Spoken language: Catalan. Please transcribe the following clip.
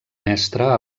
mestra